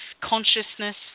consciousness